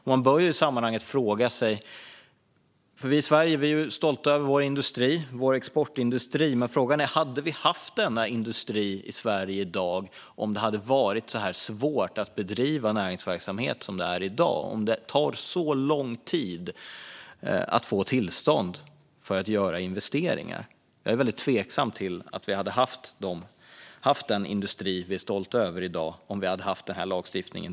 Vi i Sverige är stolta över vår industri och vår exportindustri. Men frågan är: Hade vi haft denna industri i Sverige om det tidigare hade varit så svårt att bedriva näringsverksamhet som det är i dag? Det tar lång tid att få tillstånd för att göra investeringar. Jag är väldigt tveksam till om vi hade haft den industri vi är stolta över i dag om vi tidigare hade haft denna lagstiftning.